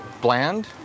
bland